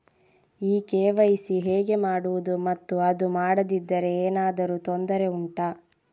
ಈ ಕೆ.ವೈ.ಸಿ ಹೇಗೆ ಮಾಡುವುದು ಮತ್ತು ಅದು ಮಾಡದಿದ್ದರೆ ಏನಾದರೂ ತೊಂದರೆ ಉಂಟಾ